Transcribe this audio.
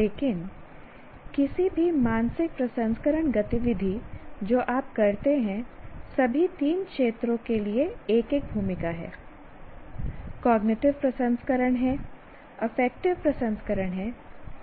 लेकिन किसी भी मानसिक प्रसंस्करण गतिविधि जो आप करते हैं सभी तीन क्षेत्रों के लिए एक एक भूमिका है कॉग्निटिव प्रसंस्करण है अफेक्टिव प्रसंस्करण है